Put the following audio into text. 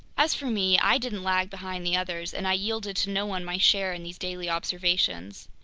as for me, i didn't lag behind the others and i yielded to no one my share in these daily observations.